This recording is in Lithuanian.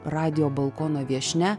radijo balkono viešnia